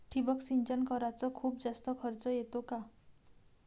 ठिबक सिंचन कराच खूप जास्त खर्च येतो का?